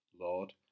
Lord